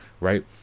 right